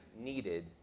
needed